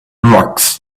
rocks